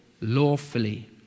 lawfully